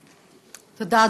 תודה,